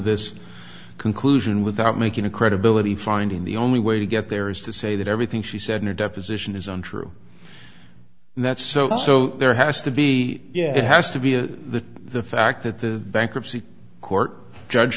this conclusion without making a credibility finding the only way to get there is to say that everything she said in her deposition is untrue and that's so so there has to be yeah it has to be the the fact that the bankruptcy court judge